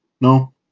no